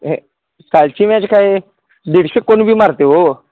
हे कालची मॅच काय दीडशे कोणबी मारते हो